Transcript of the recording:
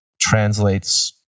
translates